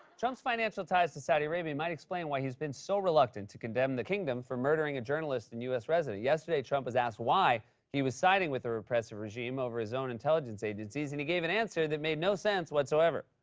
trump's financial ties to saudi arabia might explain why he's been so reluctant to condemn the kingdom for murdering a journalist and u s. resident. yesterday, trump was asked why he was siding with the oppressive regime over his own intelligence agencies, and he gave an answer that made no sense whatsoever.